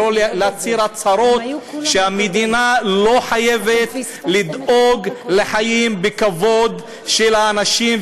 ולא להצהיר הצהרות שהמדינה לא חייבת לדאוג לחיים בכבוד של אנשים,